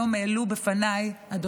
היום העלו בפניי הסטודנטים,